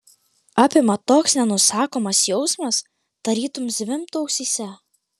apima toks nenusakomas jausmas tarytum zvimbtų ausyse